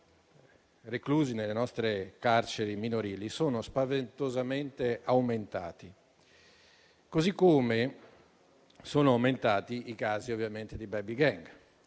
reclusi nelle nostre carceri minorili sono spaventosamente aumentati e sono aumentati i casi di *baby gang*,